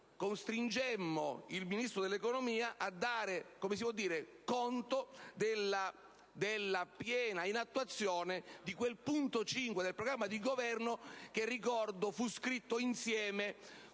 conti, costringemmo il Ministro dell'economia a dare conto della piena inattuazione del punto 5 del programma di Governo che - ricordo - fu scritto insieme,